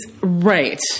right